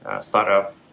startup